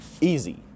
easy